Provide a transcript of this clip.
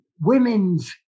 Women's